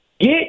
Get